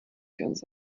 ganz